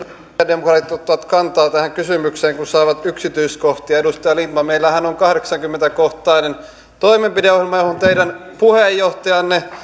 demarit ottavat kantaa tähän kysymykseen kun saavat yksityiskohtia edustaja lindtman meillähän on kahdeksankymmentä kohtainen toimenpideohjelma josta teidän puheenjohtajanne